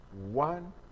one